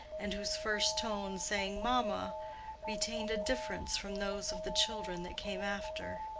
and whose first tones saying mamma retained a difference from those of the children that came after.